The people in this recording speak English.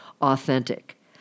authentic